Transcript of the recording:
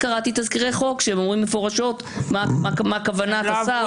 קראתי תזכירי חוק שאומרים מפורשות מה כוונת השר,